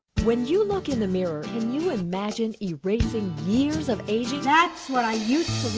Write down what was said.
when you look in the mirror, can you imagine erasing years of aging? that's what i used